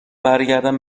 برگردم